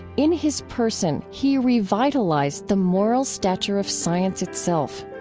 in his person, he revitalized the moral stature of science itself.